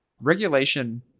regulation